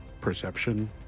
perception